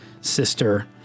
sister